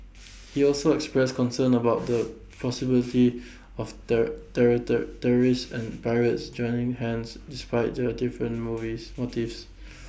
he also expressed concern about the possibility of terrorists and pirates joining hands despite their different movies motives